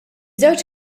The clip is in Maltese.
żewġ